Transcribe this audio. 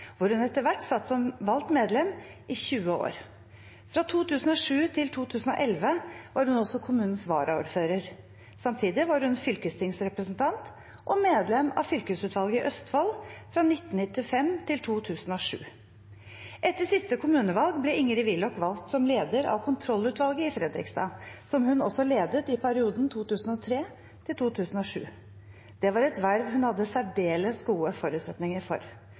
hvor hun etter hvert satt som valgt medlem i 20 år. Fra 2007 til 2011 var hun også kommunens varaordfører. Samtidig var hun fylkestingsrepresentant og medlem av fylkesutvalget i Østfold fra 1995 til 2007. Etter siste kommunevalg ble Ingrid Willoch valgt som leder av kontrollutvalget i Fredrikstad, som hun også ledet i perioden 2003–2007. Det var et verv hun hadde særdeles gode forutsetninger for.